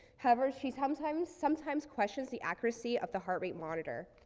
however, she humtimes sometimes questions the accuracy of the heart rate monitor.